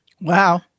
Wow